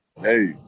hey